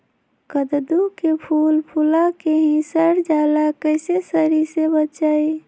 कददु के फूल फुला के ही सर जाला कइसे सरी से बचाई?